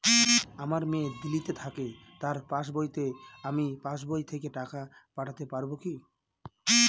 আমার মেয়ে দিল্লীতে থাকে তার পাসবইতে আমি পাসবই থেকে টাকা পাঠাতে পারব কি?